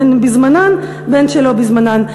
"בין בזמנן בין שלא בזמנן.